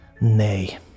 Nay